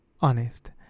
honest